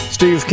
Steve